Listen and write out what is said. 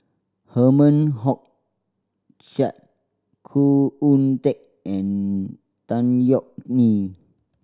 Herman Hochstadt Khoo Oon Teik and Tan Yeok Nee